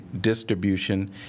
distribution